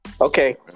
Okay